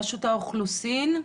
רשות האוכלוסין: